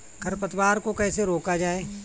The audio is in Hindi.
खरपतवार को कैसे रोका जाए?